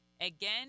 again